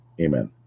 Amen